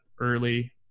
early